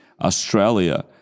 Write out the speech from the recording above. Australia